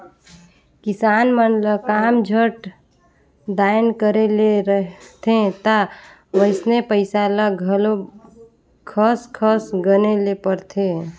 किसान मन ल काम झट दाएन करे ले रहथे ता वइसने पइसा ल घलो खस खस गने ले परथे